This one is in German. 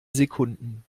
sekunden